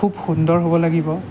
খুব সুন্দৰ হ'ব লাগিব